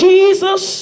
Jesus